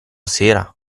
sera